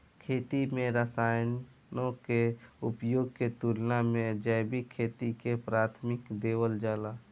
खेती में रसायनों के उपयोग के तुलना में जैविक खेती के प्राथमिकता देवल जाला